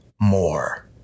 more